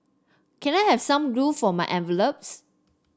can I have some glue for my envelopes